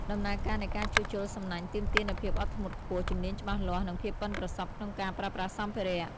ដំណើរការនៃការជួសជុលសំណាញ់ទាមទារនូវភាពអត់ធ្មត់ខ្ពស់ ជំនាញច្បាស់លាស់ និងភាពប៉ិនប្រសប់ក្នុងការប្រើប្រាស់សម្ភារៈ។